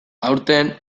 aurten